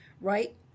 right